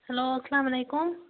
hello السلام علیکُم